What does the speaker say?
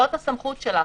זאת הסמכות שלה.